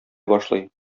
башлый